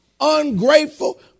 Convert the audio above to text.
ungrateful